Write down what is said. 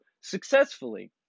successfully